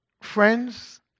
friends